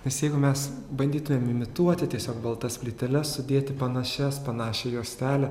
nes jeigu mes bandytumėm imituoti tiesiog baltas plyteles sudėti panašias panašią juostelę